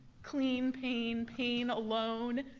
clean pain, pain alone,